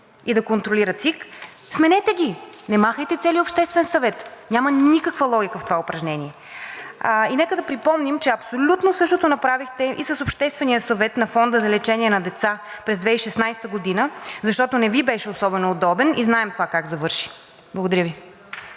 и да контролира ЦИК – сменете ги. Не махайте целия Обществен съвет. Няма никаква логика в това упражнение. Нека да припомня, че абсолютно същото направихте и с Обществения съвет на Фонда за лечение на деца през 2016 г., защото не Ви беше особено удобен и знаем това как завърши. Благодаря Ви.